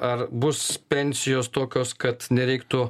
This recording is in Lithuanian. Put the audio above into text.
ar bus pensijos tokios kad nereiktų